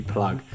Plug